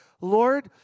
Lord